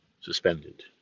suspended